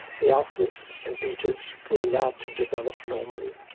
the alphas and betas were allowed to develop normally.